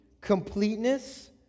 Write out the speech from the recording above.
completeness